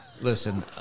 Listen